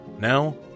Now